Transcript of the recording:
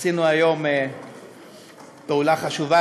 עשינו היום פעולה חשובה,